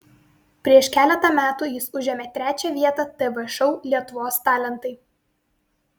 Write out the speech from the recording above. prieš keletą metų jis užėmė trečią vietą tv šou lietuvos talentai